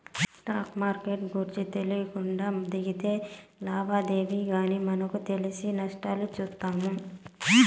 stock మార్కెట్ల గూర్చి తెలీకుండా దిగితే లాబాలేమో గానీ మనకు తెలిసి నష్టాలు చూత్తాము